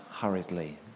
hurriedly